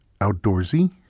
outdoorsy